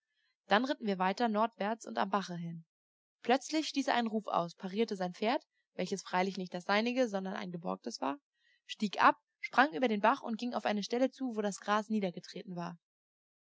dann ritten wir weiter nordwärts und am bache hin plötzlich stieß er einen ruf aus parierte sein pferd welches freilich nicht das seinige sondern ein geborgtes war stieg ab sprang über den bach und ging auf eine stelle zu wo das gras niedergetreten war